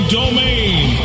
domain